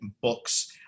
books